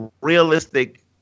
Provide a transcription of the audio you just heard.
realistic